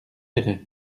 péray